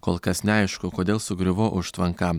kol kas neaišku kodėl sugriuvo užtvanka